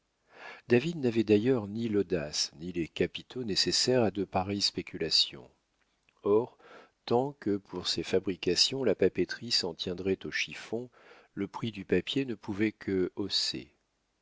david n'avait d'ailleurs ni l'audace ni les capitaux nécessaires à de pareilles spéculations or tant que pour ses fabrications la papeterie s'en tiendrait au chiffon le prix du papier ne pouvait que